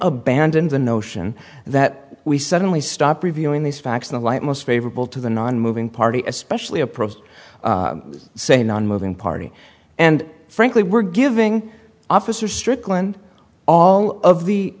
abandon the notion that we suddenly stop reviewing these facts in the light most favorable to the nonmoving party especially a pro se nonmoving party and frankly we're giving officer strickland all of the